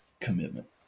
commitment